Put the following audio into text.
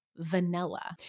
Vanilla